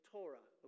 Torah